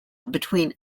between